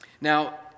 Now